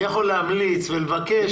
אני יכול להמליץ ולבקש.